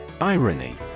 Irony